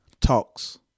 talks